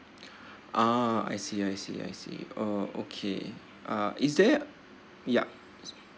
ah I see I see I see oh okay uh is there yup